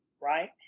right